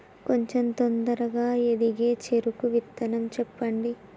కొంచం తొందరగా ఎదిగే చెరుకు విత్తనం చెప్పండి?